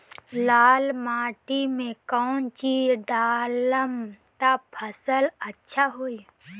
लाल माटी मे कौन चिज ढालाम त फासल अच्छा होई?